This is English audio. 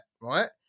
right